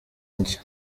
njya